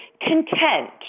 content